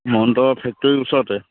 মহন্ত ফেক্টৰীৰ ওচৰতে